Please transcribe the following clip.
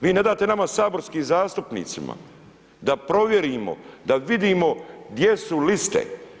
Vi ne date nama saborskim zastupnicima, da provjerimo, da vidimo gdje su liste.